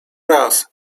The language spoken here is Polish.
raz